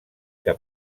que